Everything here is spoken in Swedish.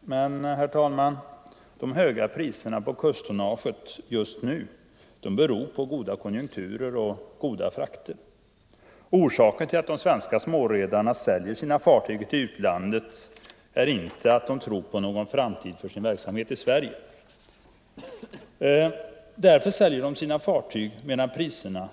Men, herr talman, de höga priserna på kusttonnage just nu beror på goda konjunkturer och goda frakter. Orsaken till att de svenska småredarna säljer sina fartyg till utlandet är att de inte tror på någon framtid för sin verksamhet i Sverige. Därför säljer de sina fartyg medan priserna